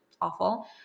awful